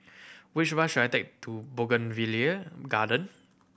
which bus should I take to Bougainvillea Garden